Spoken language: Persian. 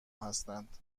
هستند